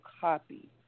copy